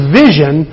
vision